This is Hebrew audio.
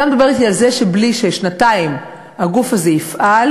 אתה מדבר אתי על זה שבלי ששנתיים הגוף הזה יפעל,